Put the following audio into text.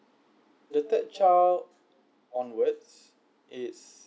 the third child onwards it's